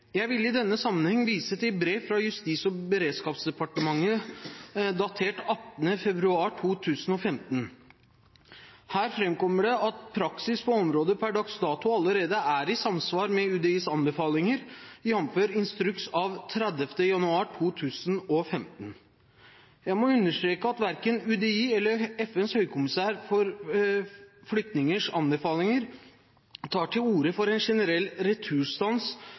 Jeg vil i denne sammenheng vise til brev fra Justis- og beredskapsdepartementet, datert 18. februar 2015. Her framkommer det at praksis på området per dags dato allerede er i samsvar med UDIs anbefalinger, jf. instruks av 30. januar 2015. Jeg må understreke at verken UDIs eller FNs høykommissær for flyktningers anbefalinger tar til orde for en generell returstans